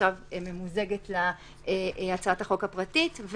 שעכשיו ממוזגת להצעת החוק הפרטית.